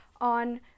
on